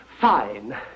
Fine